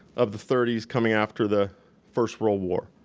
of the thirty s coming after the first world war,